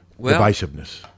divisiveness